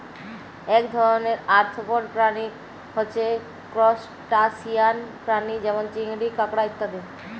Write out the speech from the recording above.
এক ধরণের আর্থ্রপড প্রাণী হচ্যে ত্রুসটাসিয়ান প্রাণী যেমল চিংড়ি, কাঁকড়া ইত্যাদি